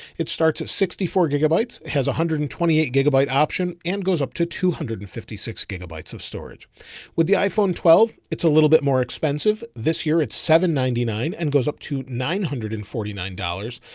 it starts at sixty four gigabytes. it has one hundred and twenty eight gigabyte option and goes up to two hundred and fifty six gigabytes of storage with the iphone twelve. it's a little bit more expensive this year. it's seven ninety nine and goes up to nine hundred and forty nine dollars.